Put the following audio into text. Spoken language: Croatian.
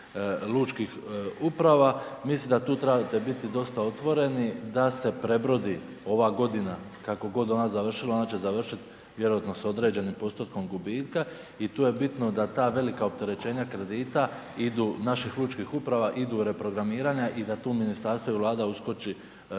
lučkih uprav, mislim da tu trebate biti dosta otvoreni da se prebrodi ova godina kako god ona završila, ona će završiti vjerojatno sa određenim postotkom gubitka i tu je bitno da ta velika opterećenja kredita idu, naših lučkih uprava, idu u reprogramiranja i da tu ministarstvo i Vlada uskoči